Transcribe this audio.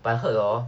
but I heard orh